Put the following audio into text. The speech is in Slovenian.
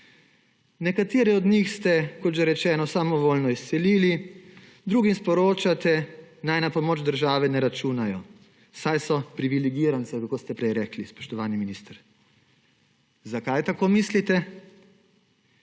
Nekatere od njih ste, kot že rečeno, samovoljno izselili, drugim sporočate, naj na pomoč države ne računajo, saj so privilegiranci – ali kako ste prej rekli, spoštovani minister? Zakaj tako mislite?